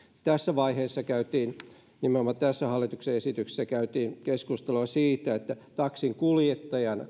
tässä vaiheessa nimenomaan tässä hallituksen esityksessä käytiin keskustelua siitä mitä taksinkuljettajan